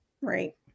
Right